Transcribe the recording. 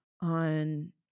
on